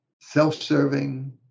self-serving